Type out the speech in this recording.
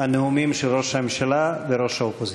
הנאומים של ראש הממשלה וראש האופוזיציה.